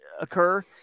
occur